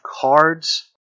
cards